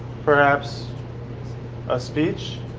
perhaps a speech?